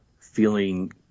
feeling